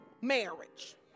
marriage